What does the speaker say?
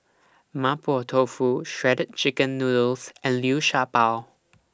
Mapo Tofu Shredded Chicken Noodles and Liu Sha Bao